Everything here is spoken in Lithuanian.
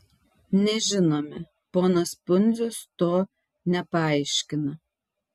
nežinome ponas pundzius to nepaaiškina